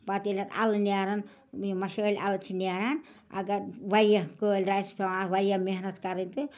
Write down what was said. پتہٕ ییٚلہِ اَتھ اَلہٕ نٮ۪رَن مَشٲلۍ اَلہٕ چھِ نٮ۪ران اگر واریاہ کٲلۍ درایَس سُہ چھِ پٮ۪وان اَتھ واریاہ محنت کَرٕنۍ تہٕ